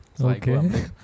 Okay